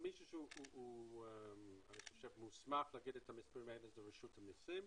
מי שמוסמך להגיד את הנתונים האלה זו רשות המסים.